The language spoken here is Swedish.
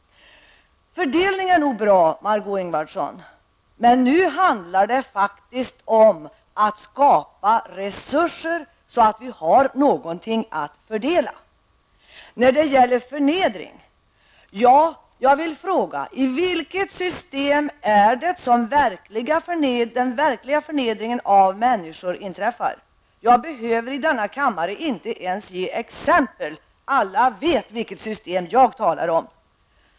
Fördelning är nog bra, Margó Ingvardsson, men nu handlar det faktiskt om att skapa resurser så att vi får någonting att fördela. När det gäller förnedring vill jag fråga: I vilket system är det som den verkliga förnedringen av människor inträffar? Jag behöver i denna kammare inte ens ge exempel. Alla vet vilket system jag talar om.